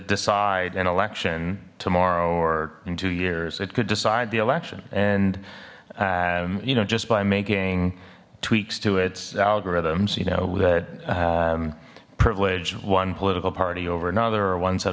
decide an election tomorrow or in two years it could decide the election and you know just by making tweaks to its algorithms you know that privilege one political party over another or one set